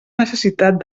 necessitat